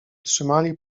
trzymali